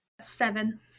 Seven